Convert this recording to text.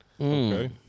Okay